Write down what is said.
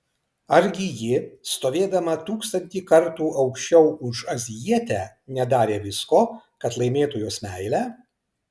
argi ji stovėdama tūkstantį kartų aukščiau už azijietę nedarė visko kad laimėtų jos meilę